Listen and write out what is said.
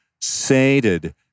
sated